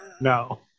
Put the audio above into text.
No